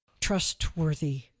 trustworthy